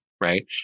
right